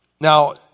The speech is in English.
Now